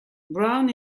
brown